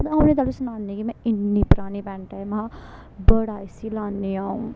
ते आ'ऊं उ'नेंगी तैलुं सनानी कि में इ'न्नी परानी पैंट ऐ महां बड़ा इसी लान्नी आ'ऊं